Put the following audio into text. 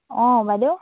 অঁ বাইদেউ